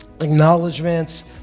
acknowledgements